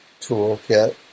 toolkit